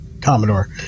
Commodore